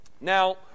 Now